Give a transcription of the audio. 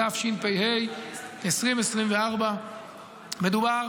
התשפ"ה 2024. מדובר,